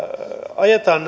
ajetaan